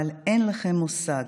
אבל אין לכם מושג